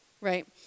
Right